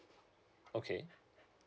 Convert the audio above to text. okay